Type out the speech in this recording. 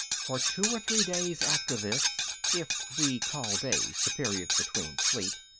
for two or three days after this if we call days the periods between sleep,